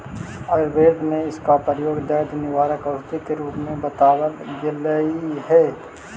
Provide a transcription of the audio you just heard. आयुर्वेद में इसका प्रयोग दर्द निवारक औषधि के रूप में बतावाल गेलई हे